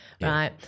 right